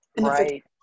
Right